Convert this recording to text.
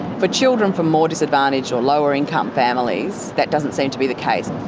for children from more disadvantaged or lower income families, that doesn't seem to be the case.